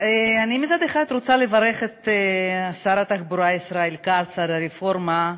אני מצד אחד רוצה לברך את שר התחבורה ישראל כץ על הרפורמה,